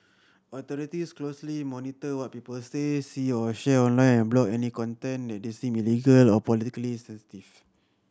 authorities closely monitor what people say see or share online block any content they deem illegal or politically